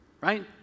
Right